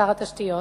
שר התשתיות.